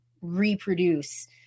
reproduce